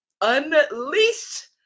unleash